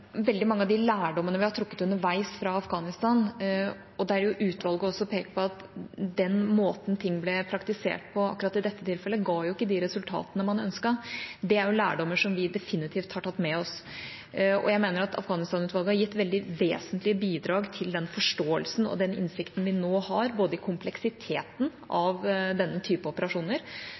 veldig mange av de lærdommene vi har trukket underveis fra Afghanistan, er lærdommer som vi definitivt har tatt med oss, og utvalget har også pekt på at den måten ting ble praktisert på akkurat i dette tilfellet, ikke ga de resultatene man ønsket. Jeg mener at Afghanistan-utvalget har gitt veldig vesentlige bidrag til den forståelsen av og den innsikten vi nå har i kompleksiteten av denne typen operasjoner,